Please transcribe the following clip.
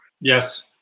Yes